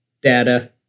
data